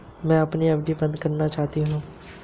मैं अपनी एफ.डी बंद करना चाहती हूँ